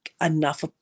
enough